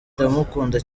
ndamukunda